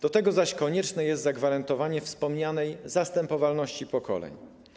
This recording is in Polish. Do tego zaś konieczne jest zagwarantowanie wspomnianej zastępowalności pokoleń.